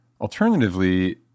Alternatively